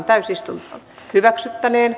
keskustelua ei syntynyt